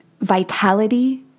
vitality